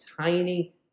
tiny